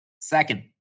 Second